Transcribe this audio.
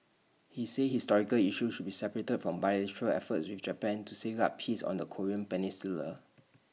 he said historical issues should be separated from bilateral efforts with Japan to safeguard peace on the Korean peninsula